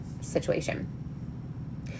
situation